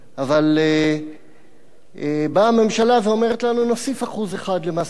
אבל באה הממשלה ואומרת לנו: נוסיף 1% למס הכנסה,